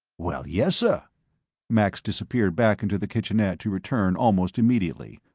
well, yessir. max disappeared back into the kitchenette to return almost immediately.